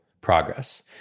progress